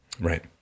Right